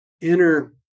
inner